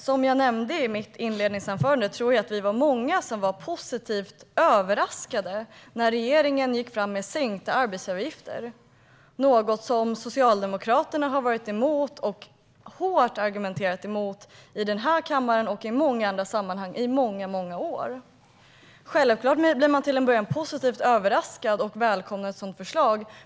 Som jag nämnde i mitt inledningsanförande tror jag att vi var många som var positivt överraskade när regeringen gick fram med förslaget om sänkta arbetsgivaravgifter, något som Socialdemokraterna har varit emot och hårt argumenterat emot i denna kammare och i många andra sammanhang i många år. Självklart blir man till en början positivt överraskad och välkomnar ett sådant förslag.